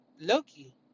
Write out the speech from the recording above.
Loki